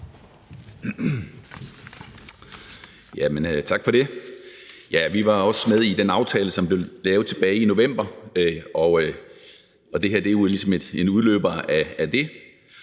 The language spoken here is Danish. Tak for det. Vi er også med i den aftale, som blev lavet tilbage i november, og det her er jo ligesom en